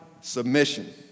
Submission